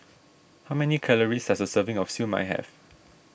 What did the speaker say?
how many calories does a serving of Siew Mai have